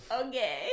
Okay